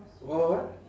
what what what